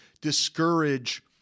discourage